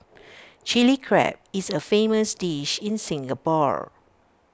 Chilli Crab is A famous dish in Singapore